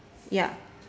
ya